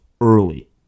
early